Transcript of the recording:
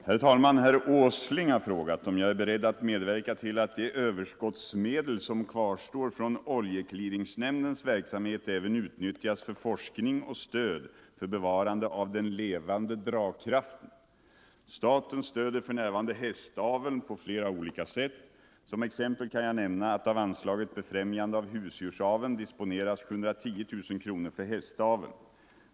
Herr talman! Herr Åsling har frågat om jag är beredd att medverka till att de överskottsmedel som kvarstår från oljeclearingsnämndens verksamhet även utnyttjas för forskning och stöd för bevarande av den levande dragkraften. Staten stöder för närvarande hästaveln på flera olika sätt. Som exempel kan jag nämna att av anslaget Befrämjande av husdjursaveln disponeras 710 000 kronor för hästaveln.